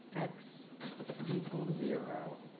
x zero